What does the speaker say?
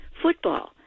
Football